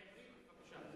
בעברית בבקשה.